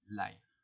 life